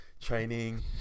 training